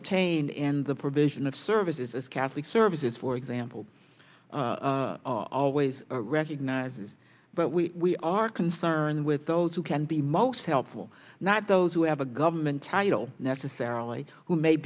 obtained in the provision of services as catholic services for example always recognizes but we are concerned with those who can be most helpful not those who have a government title necessarily who may